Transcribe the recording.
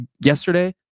yesterday